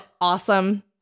awesome